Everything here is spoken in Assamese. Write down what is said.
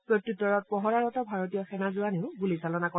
প্ৰত্যুত্তৰত পহৰাৰত ভাৰতীয় সেনা জোৱানে গুলীচালনা কৰে